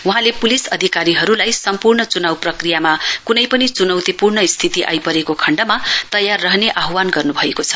वहाँले पुलिस अधिकारीहरूलाई सम्पूर्ण चुनाउ प्रक्रियामा कुनै पनि चुनौतीपूर्ण स्थिति आइपरेको खण्डमा तयार रहने आहवान गर्नु भएको छ